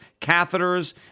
catheters